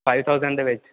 five thousand ਦੇ ਵਿੱਚ